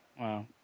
Wow